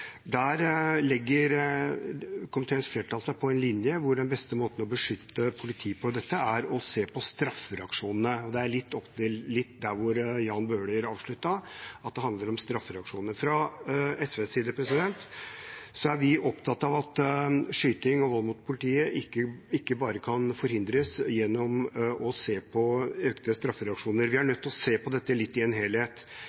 Der legger komiteens flertall seg på den linje at den beste måten å beskytte politiet på her, er å se på straffereaksjonene. Det er litt der hvor Jan Bøhler avsluttet: Det handler om straffereaksjoner. Fra SVs side er vi opptatt av at skyting og vold mot politiet ikke bare kan forhindres gjennom å se på økte straffereaksjoner. Vi er nødt